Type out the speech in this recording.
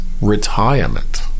retirement